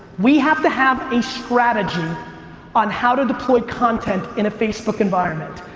we have to have a strategy on how to deploy content in a facebook environment.